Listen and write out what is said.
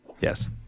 Yes